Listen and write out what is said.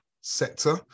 sector